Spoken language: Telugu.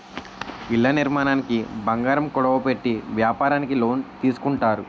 ఇళ్ల నిర్మాణానికి బంగారం కుదువ పెట్టి వ్యాపారానికి లోన్ తీసుకుంటారు